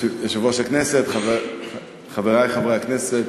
יושב-ראש הכנסת, חברי חברי הכנסת,